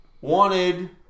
wanted